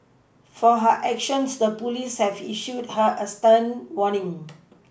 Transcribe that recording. for her actions the police have issued her a stern warning